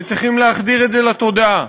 וצריכים להחדיר את זה לתודעה: